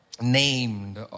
named